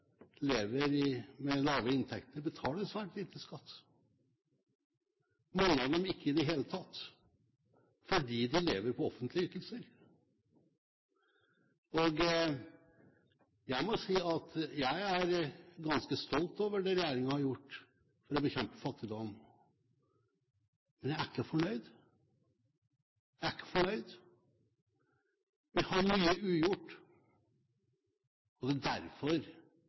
lever med lave inntekter, betaler svært lite skatt, mange av dem ikke i det hele tatt, fordi de lever på offentlige ytelser. Jeg må si at jeg er ganske stolt over det regjeringen har gjort for å bekjempe fattigdom, men jeg er ikke fornøyd. Vi har mye ugjort, og det er derfor